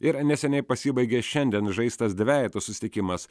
ir neseniai pasibaigė šiandien žaistas dvejetų susitikimas